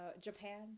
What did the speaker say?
japan